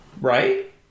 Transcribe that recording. Right